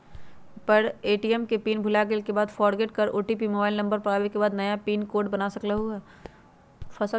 ATM के pin भुलागेल के बाद फोरगेट कर ओ.टी.पी मोबाइल नंबर पर आवे के बाद नया पिन कोड बना सकलहु ह?